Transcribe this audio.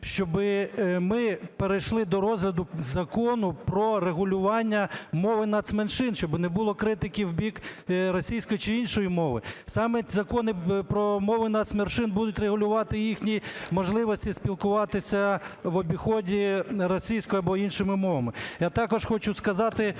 щоб ми перейшли до розгляду Закону про регулювання мови нацменшин, щоб не було критики в бік російської чи іншої мови. Саме закони про мови нацменшин будуть регулювати їхні можливості спілкуватися в обіході російською або іншими мовами.